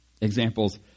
examples